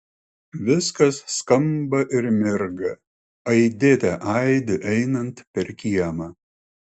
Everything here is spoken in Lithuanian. viskas skamba ir mirga aidėte aidi einant per kiemą